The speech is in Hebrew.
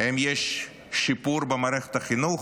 האם יש שיפור במערכת החינוך?